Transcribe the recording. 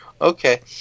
Okay